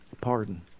Pardon